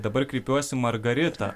dabar kreipiuosi margarita